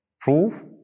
prove